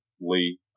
Lee